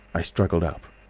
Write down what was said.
i struggled up.